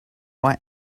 why